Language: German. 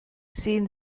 sehen